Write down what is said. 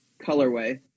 colorway